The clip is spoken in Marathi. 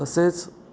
तसेच